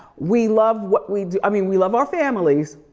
we love what we do, i mean we love our families.